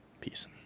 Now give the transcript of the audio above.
peace